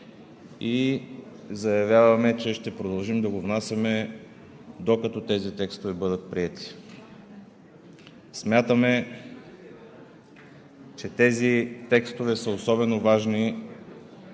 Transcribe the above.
и заявяваме, че ще продължим да го внасяме, докато тези текстове бъдат приети. Смятаме, че тези текстове са особено важни